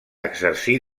exercir